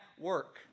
work